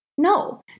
No